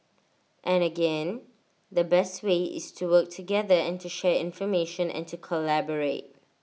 and again the best way is to work together and to share information and to collaborate